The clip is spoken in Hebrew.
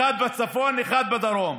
אחד בצפון, אחד בדרום.